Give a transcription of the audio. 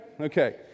Okay